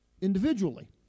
individually